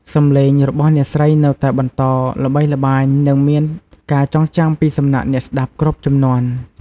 សម្លេងរបស់អ្នកស្រីនៅតែបន្តល្បីល្បាញនិងមានការចងចាំពីសំណាក់អ្នកស្តាប់គ្រប់ជំនាន់។